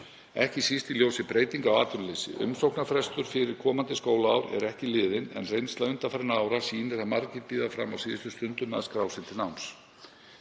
ekki síst í ljósi breytinga á atvinnuleysi. Umsóknarfrestur fyrir komandi skólaár er ekki liðinn en reynsla undanfarinna ára sýnir að margir bíða fram á síðustu stundu með að skrá sig til náms.